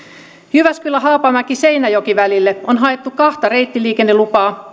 jyväskylä haapamäki seinäjoki välille on haettu kahta reittiliikennelupaa